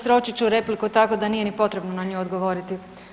Sročit ću repliku tako da nije ni potrebno na nju odgovoriti.